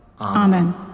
Amen